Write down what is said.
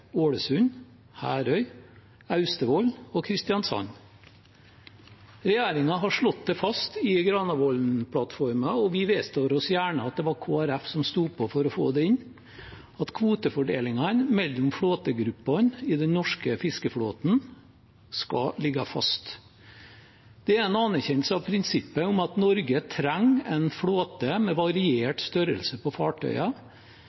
Ålesund, Herøy, Austevoll og Kristiansand. Regjeringen har slått fast i Granavolden-plattformen – og vi vedstår oss gjerne at det var Kristelig Folkeparti som sto på for å få det inn – at kvotefordelingene mellom flåtegruppene i den norske fiskeflåten skal ligge fast. Det er en anerkjennelse av prinsippet om at Norge trenger en flåte med